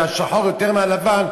השחור יותר מהלבן,